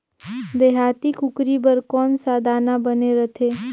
देहाती कुकरी बर कौन सा दाना बने रथे?